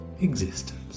existence